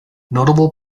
notable